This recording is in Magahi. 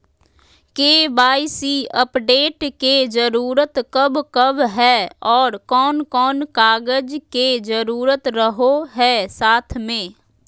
के.वाई.सी अपडेट के जरूरत कब कब है और कौन कौन कागज के जरूरत रहो है साथ में?